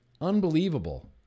Unbelievable